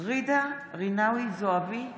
ג'ידא רינאוי זועבי,